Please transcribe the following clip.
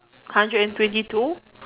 hundred and twenty two